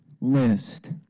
list